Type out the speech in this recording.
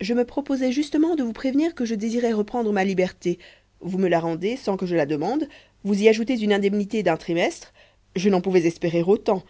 je me proposais justement de vous prévenir que je désirais reprendre ma liberté vous me la rendez sans que je la demande vous y ajoutez une indemnité d'un trimestre je n'en pouvais espérer autant